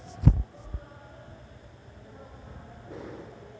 phone pay లేదా Google Pay అనేవి కూడా యూ.పీ.ఐ విధానంలోనే పని చేస్తున్నాయని తెల్సుకోవాలి